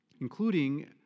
including